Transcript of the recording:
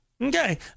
okay